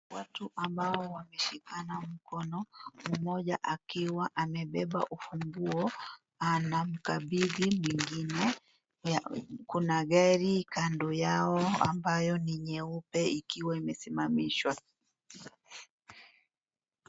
Watu ambao wameshikana mkono, mmoja akiwa amebeba ufunguo anamkabidhi mwingine kuna gari kando yao ambayo ni nyeupe ikiwa imesimamishwa.